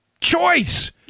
Choice